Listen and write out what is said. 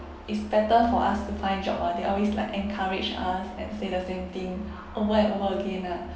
it's better for us to find job ah they always like encourage us and say the same thing over and over again lah